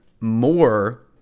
more